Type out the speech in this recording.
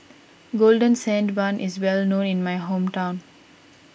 Golden Sand Bun is well known in my hometown